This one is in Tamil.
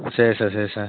சரி சார் சரி சார்